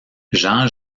jean